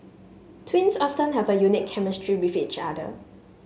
twins often have a unique chemistry with each other